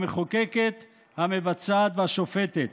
המחוקקת, המבצעת והשופטת.